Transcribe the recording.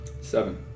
Seven